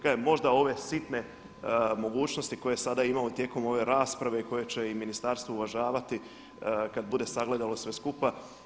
Kažem, možda ove sitne mogućnosti koje sada imamo tijekom ove rasprave i koje će i ministarstvo uvažavati kada bude sagledalo sve skupa.